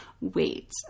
wait